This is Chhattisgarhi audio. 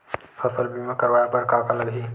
फसल बीमा करवाय बर का का लगही?